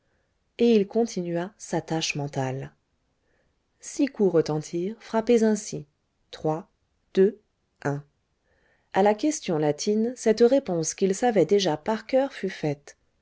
et il continua sa tâche mentale six coups retentirent frappés ainsi trois deux un a la question latine cette réponse qu'il savait déjà par coeur fut faite